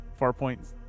Farpoint